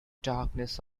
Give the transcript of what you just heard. darkness